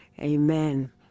amen